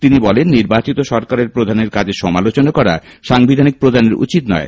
তিনি বলেন নির্বাচিত সরকারের প্রধানের কাজের সমালোচনা করা সাংবিধানিক প্রধানের উচিত নয়